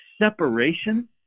separation